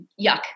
yuck